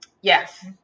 Yes